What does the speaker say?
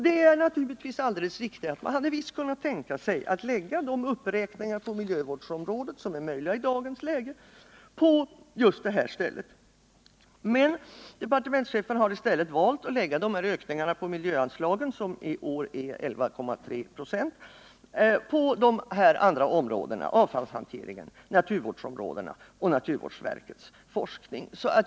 Det är naturligtvis alldeles riktigt att man hade kunnat tänka sig att lägga de uppräkningar på miljövårdens område som är möjliga i dagens läge på just det här stället, men departementschefen har i stället valt att lägga ökningarna på miljöanslagen, som i år är 11,3 ?., på avfallshanteringen, naturvårdsområdena och naturvårdsverkets forskning.